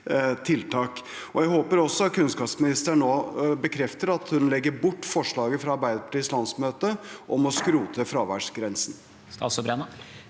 Jeg håper at kunnskapsministeren nå bekrefter at hun legger bort forslaget fra Arbeiderpartiets landsmøte om å skrote fraværsgrensen.